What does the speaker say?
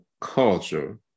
culture